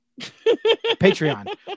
Patreon